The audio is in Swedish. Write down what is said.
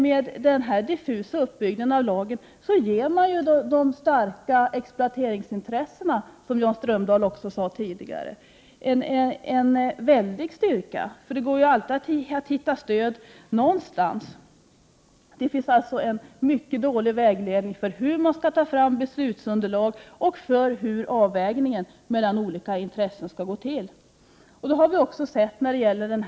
Med den här diffusa uppbyggnaden av lagen ger man exploateringsintressena, som Jan Strömdahl också sade, en väldig styrka. Det går alltid att hitta stöd någonstans. Det finns alltså en mycket dålig vägledning för hur man skall ta fram beslutsunderlag och för hur avvägningen mellan olika intressen skall 1 Prot. 1988/89:117 gå till.